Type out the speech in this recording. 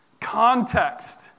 Context